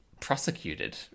prosecuted